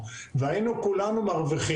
שכוונותיכם כולן טהורות.